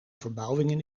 verbouwingen